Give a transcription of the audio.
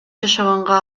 жашаганга